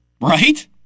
Right